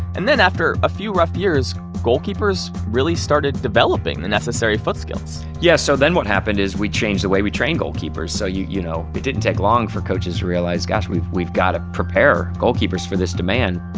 and then, after a few rough years, goalkeepers really started developing the necessary foot skills yeah so then what happened is we changed the way we train goalkeepers, so you know it didn't take long for coaches to realize, gosh, we've we've got to prepare goalkeepers for this demand.